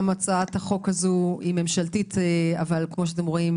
הצעת החוק הזו היא ממשלתית אבל כפי שאתם רואים,